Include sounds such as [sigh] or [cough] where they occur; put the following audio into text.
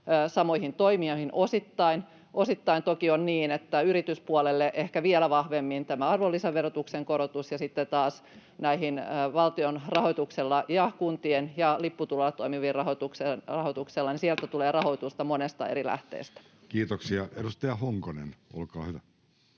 samoihin toimijoihin, osittain toki niin, että yrityspuolelle ehkä vielä vahvemmin tämä arvonlisäverotuksen korotus, ja sitten taas näihin valtion ja kuntien rahoituksella [noise] ja lipputuloilla toimiviin tulee rahoitusta monesta eri lähteestä. Kiitoksia. — Edustaja Honkonen, olkaa hyvä.